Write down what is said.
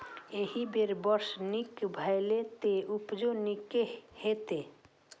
एहि बेर वर्षा नीक भेलैए, तें उपजो नीके हेतै